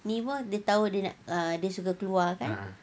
ni pun dia tahu dia suka keluar kan